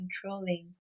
controlling